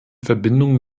verbindung